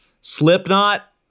Slipknot